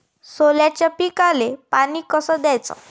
सोल्याच्या पिकाले पानी कस द्याचं?